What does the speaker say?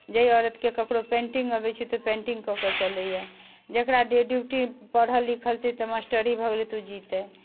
जाहि औरतके ककरो पेन्टिंग अबैत छै तऽ पेन्टिंग कऽ कऽ चलैए जकरा ड्यूटी पढ़ल लिखल छै तऽ मास्टरी भऽ गेलै तऽ ओ जीतै